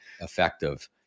effective